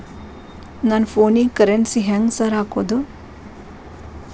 ನನ್ ಫೋನಿಗೆ ಕರೆನ್ಸಿ ಹೆಂಗ್ ಸಾರ್ ಹಾಕೋದ್?